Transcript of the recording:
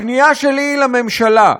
הפנייה שלי היא לממשלה: